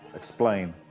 explain,